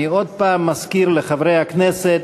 אני עוד פעם מזכיר לחברי הכנסת